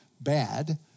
bad